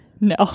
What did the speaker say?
No